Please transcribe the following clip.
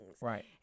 Right